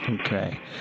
Okay